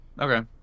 okay